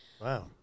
wow